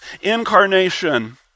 incarnation